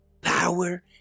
power